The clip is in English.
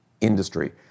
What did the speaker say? industry